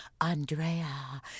Andrea